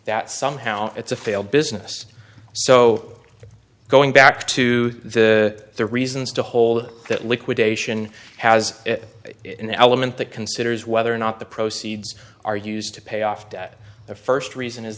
that somehow it's a failed business so going back to the reasons to hold that liquidation has in the element that considers whether or not the proceeds are used to pay off debt the first reason is